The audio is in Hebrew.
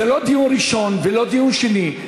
זה לא דיון ראשון ולא דיון שני.